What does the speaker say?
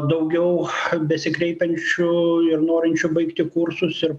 daugiau besikreipiančių ir norinčių baigti kursus ir